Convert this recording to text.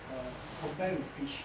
err compare with fish